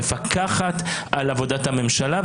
מפקחת על עבודת הממשלה,